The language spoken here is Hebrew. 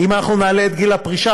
אם נעלה את גיל הפרישה,